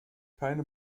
keine